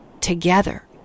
together